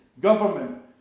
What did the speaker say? government